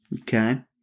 Okay